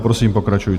Prosím, pokračujte.